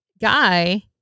guy